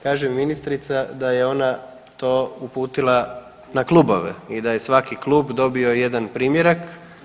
Kaže ministrica da je ona to uputila na klubove i da je svaki klub dobio jedan primjerak.